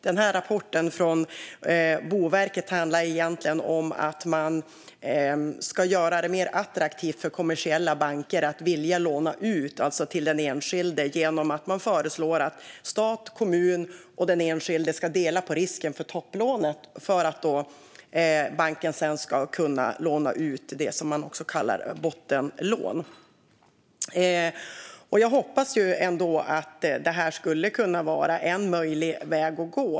Den här rapporten från Boverket handlar egentligen om att man ska göra det mer attraktivt för kommersiella banker att låna ut till den enskilde genom att föreslå att stat, kommun och den enskilde ska dela på risken för topplånet för att banken ska kunna låna ut det som man kallar bottenlån. Jag hoppas att detta skulle kunna vara en möjlig väg att gå.